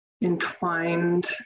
entwined